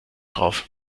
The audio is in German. drauf